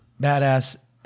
badass